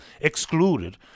excluded